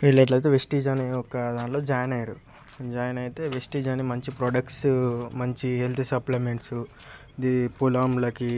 వీళ్ళేట్లయితే Vestige అనే ఒక దాంట్లో జాయిన్ అయ్యారు జాయిన్ అయితే విస్టీజ్ అని మంచి ప్రొడక్ట్సు మంచి హెల్త్ సప్లిమెంట్సుదీ పొలంలకి